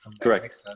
Correct